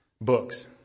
books